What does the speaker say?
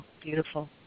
beautiful